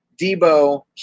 Debo